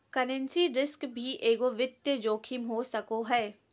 currency risk भी एगो वित्तीय जोखिम हो सको हय